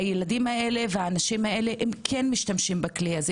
האנשים האלה והילדים האלה משתמשים בכלי הזה.